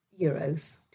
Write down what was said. euros